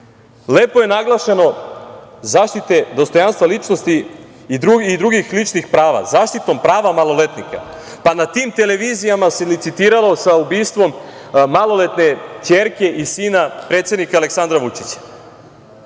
Lepo je naglašeno: „zaštite dostojanstva ličnosti i drugih ličnih prava, zaštitom prava maloletnika“.Na tim televizijama se licitiralo sa ubistvom maloletne ćerke i sina predsednika Aleksandra Vučića.